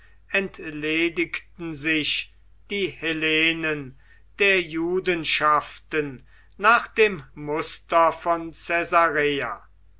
entledigten sich die hellenen der judenschaften nach dem muster von